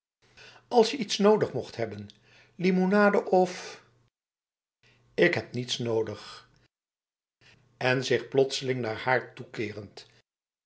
als je iets mocht nodig hebben limonade ofb ik heb niets nodig en zich plotseling naar haar toekerend